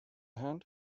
hand